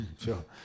Sure